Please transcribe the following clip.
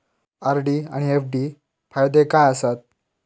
RD आनि FD फायदे काय आसात?